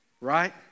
Right